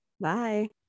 Bye